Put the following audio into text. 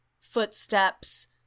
footsteps